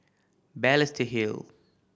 Balestier Hill